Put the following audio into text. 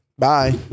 Bye